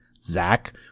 zach